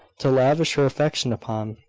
to lavish her affection upon.